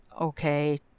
okay